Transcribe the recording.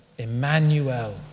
Emmanuel